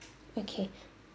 okay